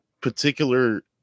particular